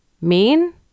Mean